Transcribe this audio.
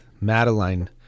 madeline